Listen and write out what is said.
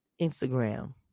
Instagram